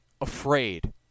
afraid